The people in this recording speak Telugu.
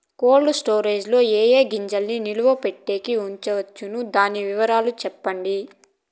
కోల్డ్ స్టోరేజ్ లో ఏ ఏ గింజల్ని నిలువ పెట్టేకి ఉంచవచ్చును? దాని వివరాలు సెప్పండి?